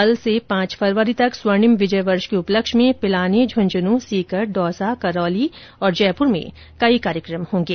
कल से पांच फरवरी तक स्वर्णिम विजय वर्ष कर्क उपलक्ष में पिलानी झुंझुनूं सीकर दौसा करौली और जयपुर में कई कार्यक्रम होंगे